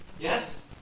Yes